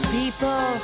people